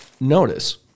notice